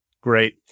Great